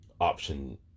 Option